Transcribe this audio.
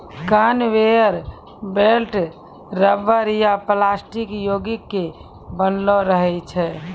conveyor belt rubber या plastic योगिक के बनलो रहै छै